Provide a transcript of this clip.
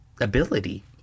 ability